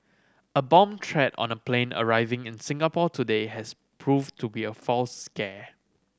a bomb threat on a plane arriving in Singapore today has proved to be a false scare